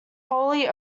wholly